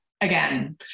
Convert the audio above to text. again